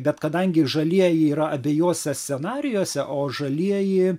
bet kadangi žalieji yra abiejuose scenarijuose o žalieji